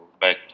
back